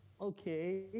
okay